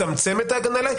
מצמצם את ההגנה עליי?